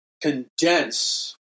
condense